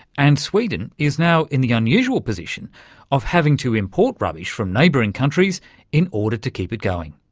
and sweden is now in the unusual position of having to import rubbish from neighbouring countries in order to keep it going.